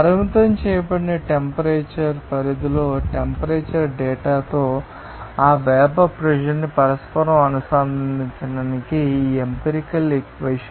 పరిమితం చేయబడిన టెంపరేచర్ పరిధిలో టెంపరేచర్ డేటాతో ఆ వేపర్ ప్రెషర్ న్ని పరస్పరం అనుసంధానించడానికి ఇది ఎంపిరికల్ ఇక్వేషన్